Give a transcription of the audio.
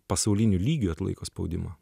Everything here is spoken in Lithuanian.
pasauliniu lygiu atlaiko spaudimą